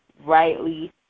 rightly